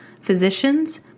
physicians